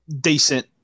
decent